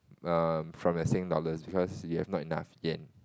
um from your Sing dollars because you have not enough Yen